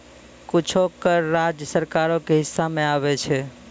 कुछो कर राज्य सरकारो के हिस्सा मे आबै छै